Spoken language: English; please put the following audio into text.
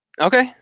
Okay